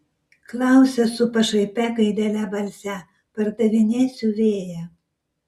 klausia su pašaipia gaidele balse pardavinėsiu vėją